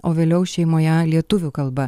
o vėliau šeimoje lietuvių kalba